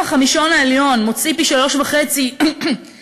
אם החמישון העליון מוציא על בריאות בשנה פי-3.5 מהתחתון,